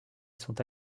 sont